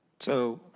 so,